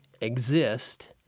exist